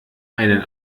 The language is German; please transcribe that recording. einen